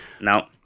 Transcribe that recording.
No